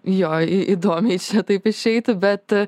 jo įdomiai čia taip išeitų bet